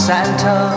Santa